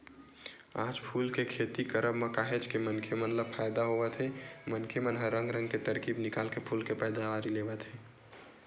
आज फूल के खेती करब म काहेच के मनखे मन ल फायदा होवत हे मनखे मन ह रंग रंग के तरकीब निकाल के फूल के पैदावारी लेवत हे